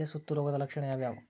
ಎಲೆ ಸುತ್ತು ರೋಗದ ಲಕ್ಷಣ ಯಾವ್ಯಾವ್?